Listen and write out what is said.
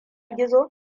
gizo